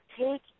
take